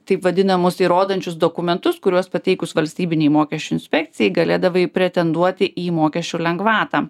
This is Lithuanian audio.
taip vadinamus įrodančius dokumentus kuriuos pateikus valstybinei mokesčių inspekcijai galėdavai pretenduoti į mokesčių lengvatą